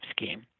scheme